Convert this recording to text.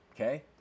Okay